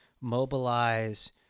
mobilize